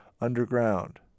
underground